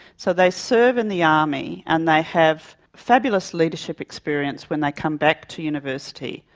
so they serve in the army and they have fabulous leadership experience when they come back to university,